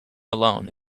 alone